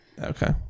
Okay